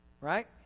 Right